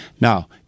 Now